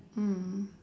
mm